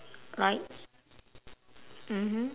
like mmhmm